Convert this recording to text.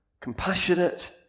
compassionate